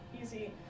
easy